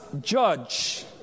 judge